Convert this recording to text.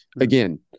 again